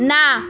না